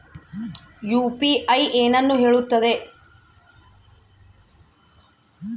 UPI ಏನನ್ನು ಹೇಳುತ್ತದೆ?